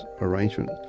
arrangement